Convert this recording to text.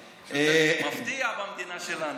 מפתיע במדינה שלנו.